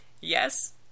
yes